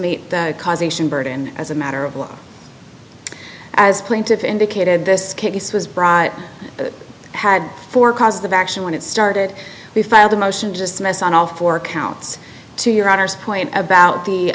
meet the causation burden as a matter of law as plaintiff indicated this case was brought to had for cause of action when it started we filed a motion just a mess on all four counts to your honor's point about the